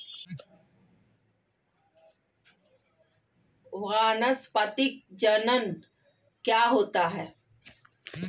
वानस्पतिक जनन क्या होता है?